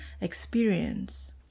experience